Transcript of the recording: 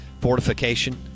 fortification